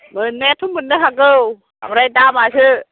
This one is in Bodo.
मोननायाथ' मोननो हागौ ओमफ्राय दामआसो